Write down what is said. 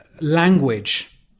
language